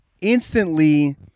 instantly